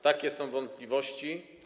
Takie są wątpliwości.